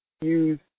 use